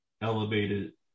elevated